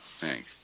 thanks